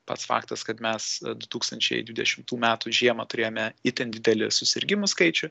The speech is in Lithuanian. pats faktas kad mes du tūkstančiai dvidešimtų metų žiemą turėjome itin didelį susirgimų skaičių